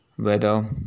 weather